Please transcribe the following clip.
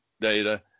data